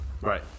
Right